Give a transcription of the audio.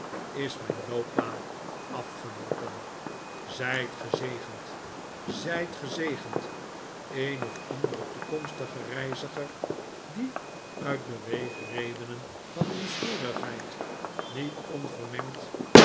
is mijn loopbaan afgeloopen zijt gezegend zijt gezegend een of andere toekomstige reiziger die uit beweegredenen van nieuwsgierigheid niet onvermengd